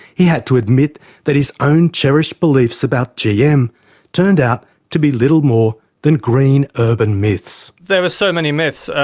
he had to admit that his own cherished beliefs about gm turned out to be little more than green urban myths. there were so many myths.